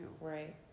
Right